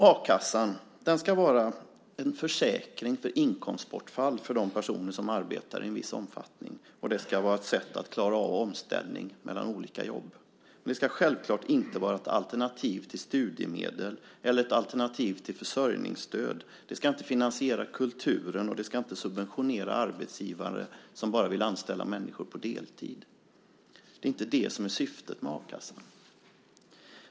A-kassan ska vara en försäkring för inkomstbortfall för de personer som arbetar i en viss omfattning. Den ska vara ett sätt att klara av en omställning mellan olika jobb. Den ska självfallet inte vara ett alternativ till studiemedel eller ett alternativ till försörjningsstöd. Den ska inte finansiera kulturen, och den ska inte subventionera arbetsgivare som bara vill anställa människor på deltid. Det är inte syftet med a-kassan.